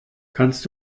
kannst